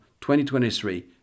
2023